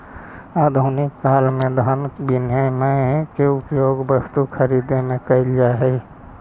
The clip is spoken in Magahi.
आधुनिक काल में धन विनिमय के उपयोग वस्तु के खरीदे में कईल जा हई